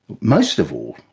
most of all,